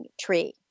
tree